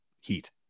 heat